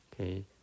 Okay